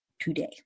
today